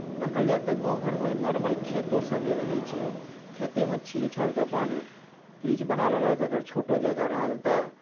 देखल जाय तऽ गाम घरमे नॉर्मल खेतोसभ जे रहैत छै खेतेमे छील छालि कऽ अपन पीच बना लेलथि अगर छोटो जगह रहल तऽ